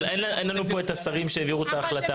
אבל אין לנו פה את השרים שהעבירו את ההחלטה.